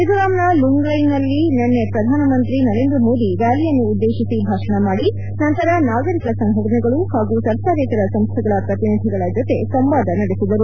ಮಿಜೋರಾಂನ ಲುಂಗ್ಲೈ ನಲ್ಲಿ ನಿನ್ನೆ ಪ್ರಧಾನ ಮಂತ್ರಿ ನರೇಂದ್ರ ಮೋದಿ ರ್ಯಾಲಿಯನ್ನು ಉದ್ದೇತಿಸಿ ಭಾಷಣ ಮಾಡಿ ನಂತರ ನಾಗರಿಕ ಸಂಘಟನೆಗಳು ಹಾಗೂ ಸರ್ಕಾರೇತರ ಸಂಸ್ಥೆಗಳ ಪ್ರತಿನಿಧಿಗಳ ಜೊತೆ ಸಂವಾದ ನಡೆಸಿದರು